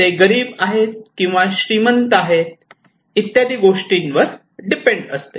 ते गरीब आहेत किंवा श्रीमंत इत्यादी गोष्टींवर डिपेंड असते